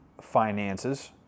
finances